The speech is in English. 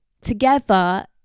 together